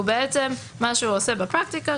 מה שהוא עושה בפרקטיקה,